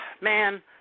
man